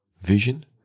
Vision